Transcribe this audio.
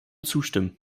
zustimmen